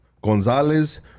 Gonzalez